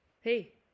hey